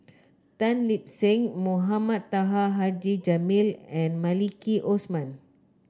Tan Lip Seng Mohamed Taha Haji Jamil and Maliki Osman